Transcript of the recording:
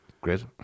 great